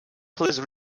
please